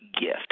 gift